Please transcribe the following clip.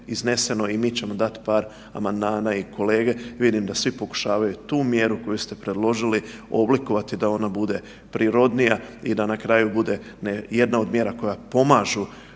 izneseno i mi ćemo dati par amandmana i kolege, vidim da svi pokušavaju tu mjeru koju ste predložili oblikovati da ona bude prirodnija i da na kraju bude jedna od mjera koje pomažu